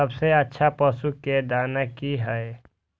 सबसे अच्छा पशु के दाना की हय?